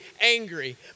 angry